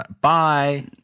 Bye